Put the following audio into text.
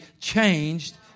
changed